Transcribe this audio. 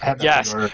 Yes